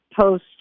post-